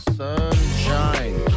sunshine